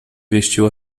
vestiu